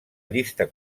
llista